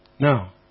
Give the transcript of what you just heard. Now